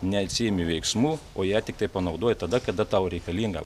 neatsiimi veiksmų o ją tiktai panaudoji tada kada tau reikalinga